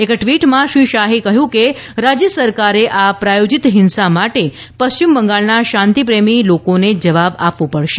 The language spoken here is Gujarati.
એક ટ્વિટમાં શ્રી શાહે કહ્યું હતું કે રાજ્ય સરકારે આ આ પ્રાયોજિત હિંસા માટે પશ્ચિમ બંગાળના શાંતિપ્રેમી લોકોને જવાબ આપવો પડશે